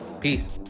Peace